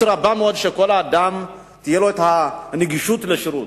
רבה מאוד לכך שלכל אדם תהיה גישה לשירות.